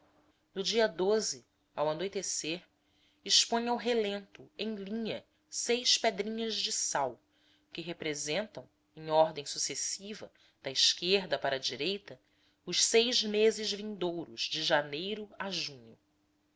no dia ao anoitecer expõe ao relento em linha seis pedrinhas de sal que representam em ordem sucessiva da esquerda para a direita os seis meses vindouros de janeiro a junho